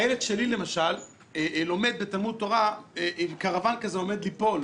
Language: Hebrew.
הילד שלי למשל לומד בתלמוד תורה עם קרוון כזה עומד ליפול,